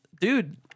dude